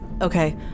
okay